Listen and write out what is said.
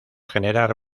generar